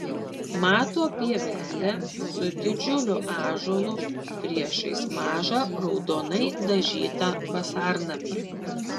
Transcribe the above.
mato pievelę su didžiuliu ąžuolu priešais mažą raudonai dažytą vasarnamį